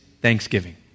thanksgiving